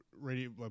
radio